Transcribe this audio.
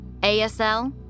ASL